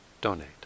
donate